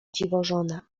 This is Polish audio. dziwożona